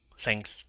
Thanks